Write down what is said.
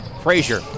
Frazier